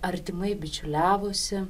artimai bičiuliavosi